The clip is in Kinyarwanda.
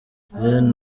gen